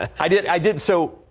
i did i did so.